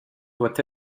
doit